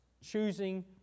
Choosing